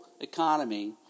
economy